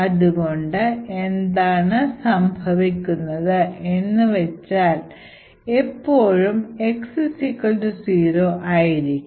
അതുകൊണ്ട് എന്താണ് സംഭവിക്കുന്നത് എന്ന് വെച്ചാൽ എപ്പോഴും x0 ആയിരിക്കും